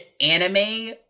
anime